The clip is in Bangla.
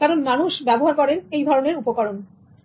কারণ মানুষ ব্যবহার করেন এই ধরনের উপকরণ